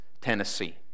Tennessee